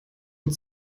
und